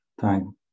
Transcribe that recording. time